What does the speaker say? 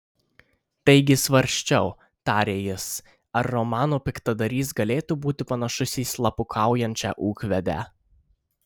taigi svarsčiau tarė jis ar romano piktadarys galėtų būti panašus į slapukaujančią ūkvedę